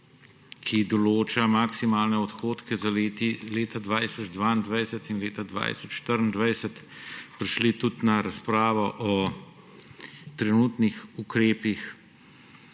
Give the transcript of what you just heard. ki določa maksimalne odhodke za leta 2022 in leta 2024, prišlo do razprave o trenutnih ukrepih